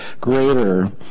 greater